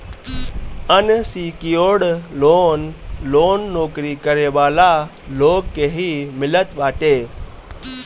unsecured loan loan नोकरी करे वाला लोग के ही मिलत बाटे